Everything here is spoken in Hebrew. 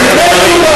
חבר הכנסת בן-ארי.